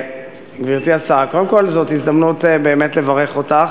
גברתי השרה, קודם כול, זו הזדמנות באמת לברך אותך.